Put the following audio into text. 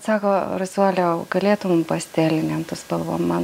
sako rasuole o galėtum pastelinėm spalvom man